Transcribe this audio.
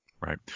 Right